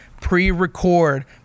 Pre-record